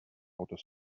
outer